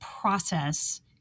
process